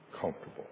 Comfortable